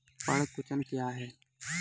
पर्ण कुंचन क्या है?